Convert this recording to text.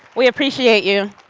we appreciate you.